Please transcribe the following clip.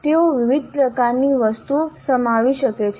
તેઓ વિવિધ પ્રકારની વસ્તુઓ સમાવી શકે છે